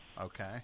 Okay